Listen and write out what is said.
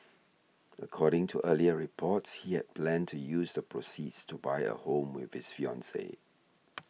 according to earlier reports he had planned to use the proceeds to buy a home with his fiancee